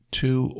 two